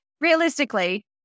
realistically